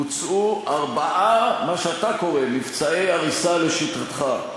בוצעו ארבעה, מה שאתה קורא "מבצעי הריסה" לשיטתך,